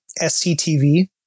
SCTV